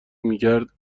میکرد